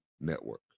Network